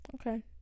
Okay